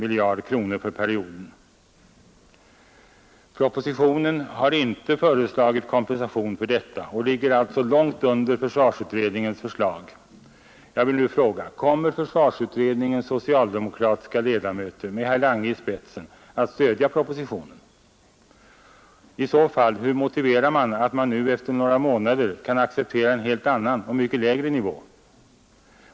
I propositionen har inte någon kompensation för detta föreslagits; propositionens förslag ligger alltså långt under försvarsutredningens förslag. Jag vill nu fråga: Kommer försvarsutredningens socialdemokratiska ledamöter med herr Lange i spetsen att stödja propositionen? I så fall, hur motiverar man att man nu efter några månader kan acceptera en helt annan och mycket lägre nivå?